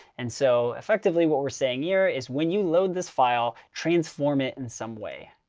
and so effectively, what we're saying here is when you load this file, transform it in some way.